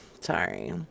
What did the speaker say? Sorry